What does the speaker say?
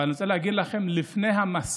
אבל אני רוצה להגיד לכם איך לפני המסע